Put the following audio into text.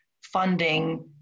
funding